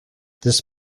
this